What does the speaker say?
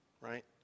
right